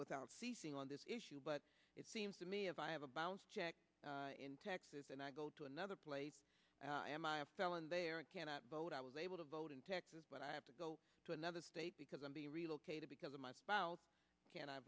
without ceasing on this issue but it seems to me if i have a bounced check in texas and i go to another place i am a felon there and cannot vote i was able to vote in texas but i have to go to another state because i'm being relocated because of my spouse can